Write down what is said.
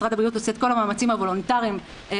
משרד הבריאות עושה את כל המאמצים הוולונטריים להביא